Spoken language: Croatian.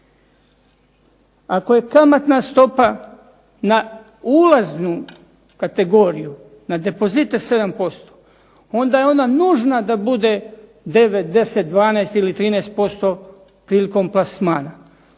Ako je kamatna stopa na ulaznu kategoriju, na depozite, 7% onda je ona nužna da bude 9,10,12 ili 13% prilikom plasmana.